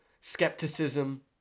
skepticism